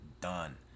done